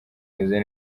umeze